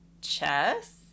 chess